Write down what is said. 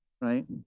right